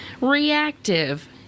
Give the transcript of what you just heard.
reactive